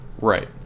Right